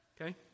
Okay